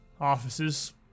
...offices